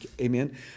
amen